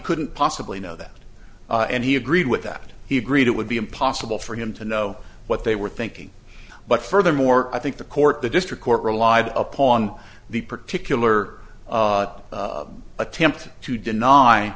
couldn't possibly know that and he agreed with that he agreed it would be impossible for him to know what they were thinking but furthermore i think the court the district court relied upon the particular attempt to